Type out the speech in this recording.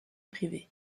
privée